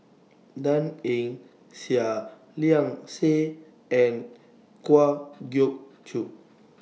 Dan Ying Seah Liang Seah and Kwa Geok Choo